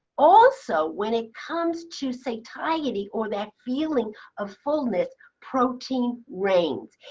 also when it comes to satiety or that feeling of fullness, protein reigned.